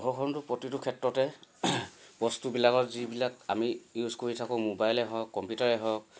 ঘৰখনটো প্ৰতিটো ক্ষেত্ৰতে বস্তুবিলাকৰ যিবিলাক আমি ইউজ কৰি থাকোঁ মোবাইলে হওক কম্পিউটাৰে হওক